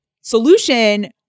solution